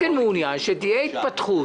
מעוניין שתהיה התפתחות.